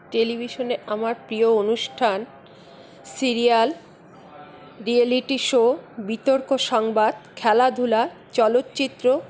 টেলিভিশনে আমার প্রিয় অনুষ্ঠান সিরিয়াল রিয়ালিটি শো বিতর্ক সংবাদ খেলাধুলা চলচ্চিত্র